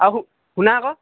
আৰু শুনা আকৌ